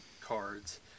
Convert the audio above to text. cards